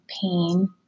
pain